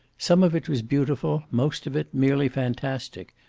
some of it was beautiful, most of it merely fantastic.